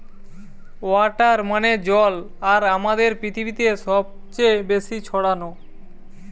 water মানে জল আর আমাদের পৃথিবীতে সবচে বেশি ছড়ানো